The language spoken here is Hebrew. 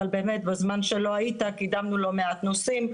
אבל בזמן שלא היית קידמנו הרבה נושאים.